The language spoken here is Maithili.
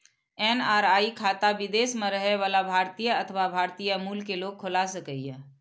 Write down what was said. एन.आर.आई खाता विदेश मे रहै बला भारतीय अथवा भारतीय मूल के लोग खोला सकैए